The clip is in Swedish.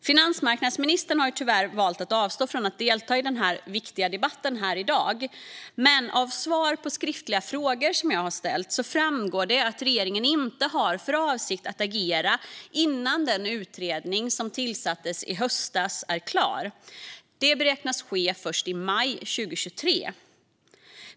Finansmarknadsministern har tyvärr valt att avstå från att delta i denna viktiga debatt i dag, men av svar på skriftliga frågor som jag har ställt framgår det att regeringen inte har för avsikt att agera innan den utredning som tillsattes i höstas är klar med sitt arbete. Det beräknas ske först i maj 2023.